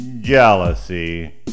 Jealousy